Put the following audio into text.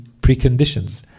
preconditions